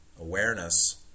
awareness